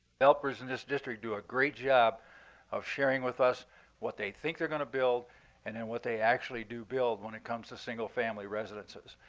helpers in this district do a great job of sharing with us what they think they're going to build and then and what they actually do build when it comes to single family residences.